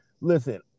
Listen